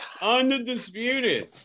undisputed